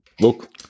Look